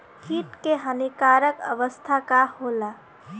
कीट क हानिकारक अवस्था का होला?